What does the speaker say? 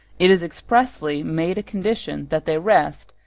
it is expressly made a condition that they rest,